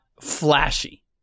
flashy